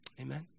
Amen